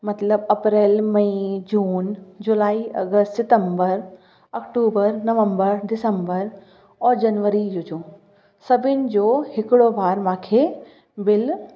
मतिलबु अप्रैल मई जून जुलाई अगस्त सितंबर अक्टूबर नवंबर दिसंबर औरि जनवरी जो चऊं सभिनि जो हिकिड़ो बार माखे बिल